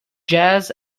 jazz